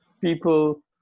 people